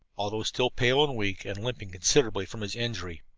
although still pale and weak, and limping considerably from his injury.